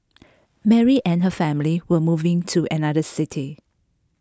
Mary and her family were moving to another city